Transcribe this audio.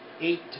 eight